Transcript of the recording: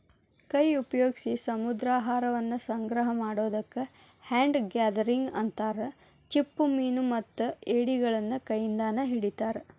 ಕೈ ಉಪಯೋಗ್ಸಿ ಸಮುದ್ರಾಹಾರವನ್ನ ಸಂಗ್ರಹ ಮಾಡೋದಕ್ಕ ಹ್ಯಾಂಡ್ ಗ್ಯಾದರಿಂಗ್ ಅಂತಾರ, ಚಿಪ್ಪುಮೇನುಮತ್ತ ಏಡಿಗಳನ್ನ ಕೈಯಿಂದಾನ ಹಿಡಿತಾರ